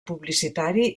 publicitari